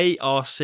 ARC